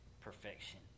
perfection